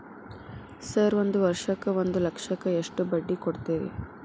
Sir ಒಂದು ವರ್ಷಕ್ಕ ಒಂದು ಲಕ್ಷಕ್ಕ ಎಷ್ಟು ಬಡ್ಡಿ ಕೊಡ್ತೇರಿ?